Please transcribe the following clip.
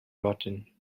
rotten